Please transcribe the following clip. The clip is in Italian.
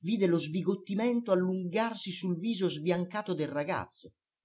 vide lo sbigottimento allungarsi sul viso sbiancato del ragazzo